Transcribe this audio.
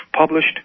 published